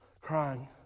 Crying